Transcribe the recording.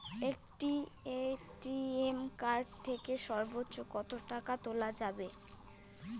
একটি ATM card থেকে সর্বোচ্চ কত টাকা তোলা যাবে?